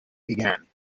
began